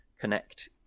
connect